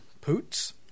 Poots